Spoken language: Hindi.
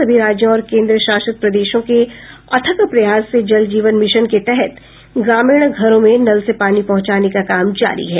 सभी राज्यों और केंद्रशासित प्रदेशों के अथक प्रयास से जल जीवन मिशन के तहत ग्रामीण घरों में नल से पानी पहुंचाने का काम जारी है